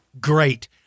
Great